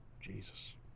Jesus